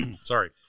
sorry –